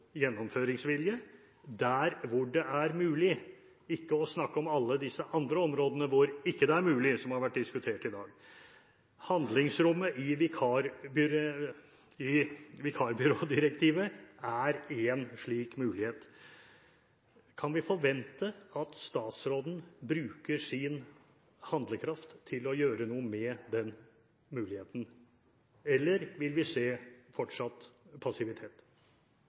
gjennomføringsvilje der hvor det er mulig, ikke å snakke om alle disse andre områdene hvor det ikke er mulig, som har vært diskutert i dag. Handlingsrommet i vikarbyrådirektivet er en slik mulighet. Kan vi forvente at statsråden bruker sin handlekraft til å gjøre noe med den muligheten, eller vil vi se fortsatt passivitet?